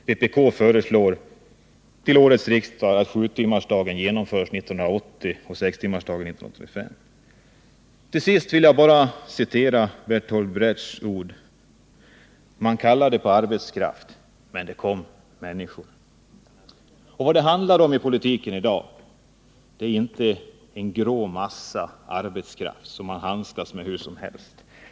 Vpk föreslår Till sist vill jag citera Bertoldt Brechts ord: ”Man kallade på arbetskraft men det kom människor.” Vad det handlar om i politiken är inte en grå massa av arbetskraft som man handskas med hur som helst.